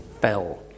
fell